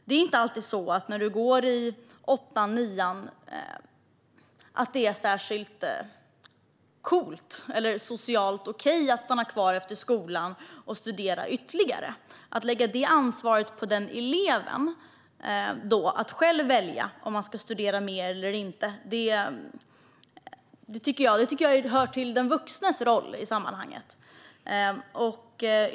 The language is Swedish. Det är inte alltid särskilt coolt eller socialt okej när du går i åttan eller nian att stanna kvar efter skolan och studera ytterligare. Att lägga ansvaret på eleven att själv välja att studera mer eller inte tycker jag inte är rätt, utan det hör till den vuxnes roll i sammanhanget.